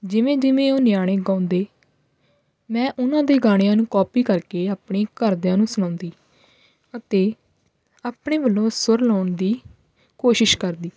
ਜਿਵੇਂ ਜਿਵੇਂ ਉਹ ਨਿਆਣੇ ਗਾਉਂਦੇ ਮੈਂ ਉਹਨਾਂ ਦੇ ਗਾਣਿਆਂ ਨੂੰ ਕਾਪੀ ਕਰਕੇ ਆਪਣੇ ਘਰਦਿਆਂ ਨੂੰ ਸੁਣਾਉਂਦੀ ਅਤੇ ਆਪਣੇ ਵੱਲੋਂ ਸੁਰ ਲਾਉਣ ਦੀ ਕੋਸ਼ਿਸ਼ ਕਰਦੀ